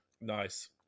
Nice